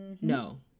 No